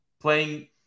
playing